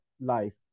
life